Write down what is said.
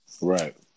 Right